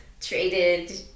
traded